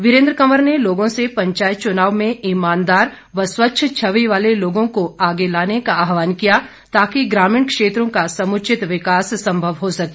वीरेन्द्र कंवर ने लोगों से पंचायत चुनाव में ईमानदार व स्वच्छ छवि वाले लोगों को आगे लाने का आहवान किया ताकि ग्रामीण क्षेत्र का समुचित विकास संभव हो सके